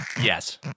Yes